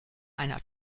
einer